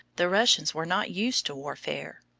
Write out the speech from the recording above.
the russians were not used to warfare.